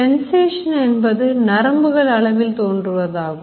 sensation என்பது நரம்புகள் அளவில் தோன்றுவதாகும்